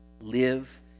Live